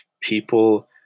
people